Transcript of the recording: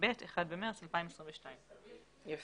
התשפ"ב (1 במרץ 2022)". יפה.